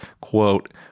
quote